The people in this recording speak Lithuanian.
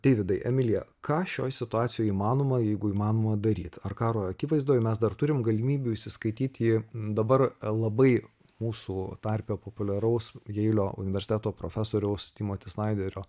deividai emilija ką šioje situacijoje įmanoma jeigu įmanoma daryti ar karo akivaizdoje mes dar turime galimybių įsiskaityti į dabar labai mūsų tarpe populiaraus jeilio universiteto profesoriaus timoti snaiderio